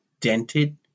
dented